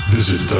Visit